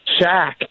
Shaq